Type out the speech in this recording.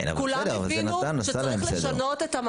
בסדר, אבל זה נתן, עשה להם סדר.